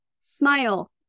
smile